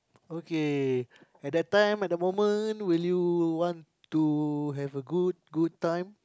okay at that time at the moment will you want to have a good good time